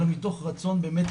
אלא מתוך רצון באמת,